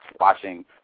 watching